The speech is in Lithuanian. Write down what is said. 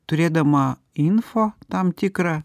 turėdama info tam tikrą